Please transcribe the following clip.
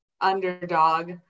underdog